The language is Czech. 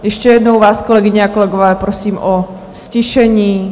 Ještě jednou vás, kolegyně a kolegové, prosím o ztišení.